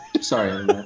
Sorry